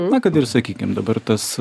na kad ir sakykim dabar tas